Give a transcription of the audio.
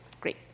great